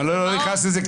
אבל אני לא נכנס לזה,